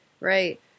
Right